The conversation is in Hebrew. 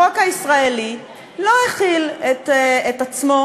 החוק הישראלי לא החיל את עצמו